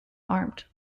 armed